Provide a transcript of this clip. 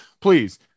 please